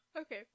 Okay